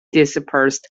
dispersed